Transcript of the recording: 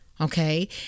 Okay